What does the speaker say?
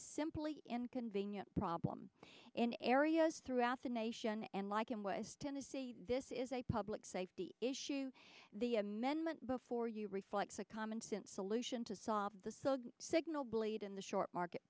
simply inconvenient problem in areas throughout the nation and like in west tennessee this is a public safety issue the amendment before you reflects a common sense solution to solve the so signal bleed in the short market